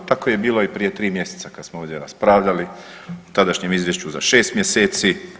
Tako je bilo i prije tri mjeseca kada smo ovdje raspravljali o tadašnjem izvješću za 6 mjeseci.